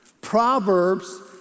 Proverbs